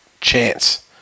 chance